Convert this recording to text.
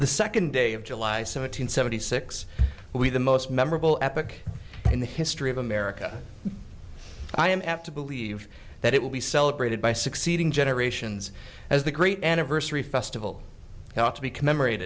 the second day of july seven hundred seventy six we the most memorable epic in the history of america i am apt to believe that it will be celebrated by succeeding generations as the great anniversary festival held to be commemorate